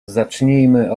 zacznijmy